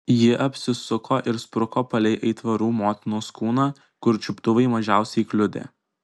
ji apsisuko ir spruko palei aitvarų motinos kūną kur čiuptuvai mažiausiai kliudė